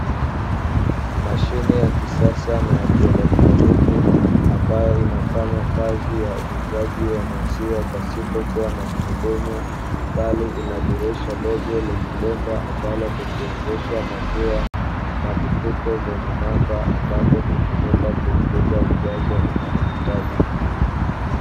Mashine ya kisasa na ya kielektroniki ambayo inafanya kazi ya uuzaji wa maziwa pasipo kuwa na mhudumu, bali inadirisha dogo lenye bomba ambalo hutiririsha maziwa na vitufe vyenye namba ambazo hutumika kuingiza ujazo unayoitaji.